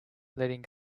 letting